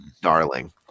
darling